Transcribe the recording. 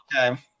Okay